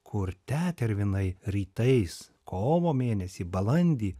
kur tetervinai rytais kovo mėnesį balandį